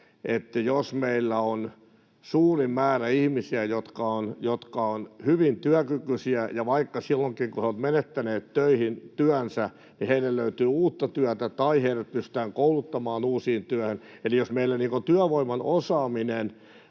että jos meillä on suuri määrä ihmisiä, jotka ovat hyvin työkykyisiä, niin — silloinkin, kun he ovat menettäneet työnsä — heille löytyy uutta työtä tai heidät pystytään kouluttamaan uuteen työhön. Eli jos meillä työvoiman osaaminen